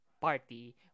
party